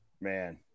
Man